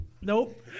Nope